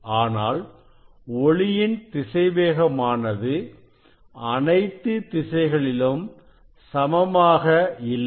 ஆனால் ஒளியின் திசைவேகம் ஆனது அனைத்து திசைகளிலும் சமமாக இல்லை